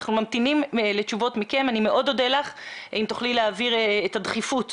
אני מאוד אודה לך אם תוכלי להעביר את הדחיפות